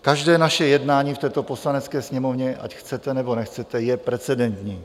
Každé naše jednání v této Poslanecké sněmovně, ať chcete, nebo nechcete, je precedentní.